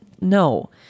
No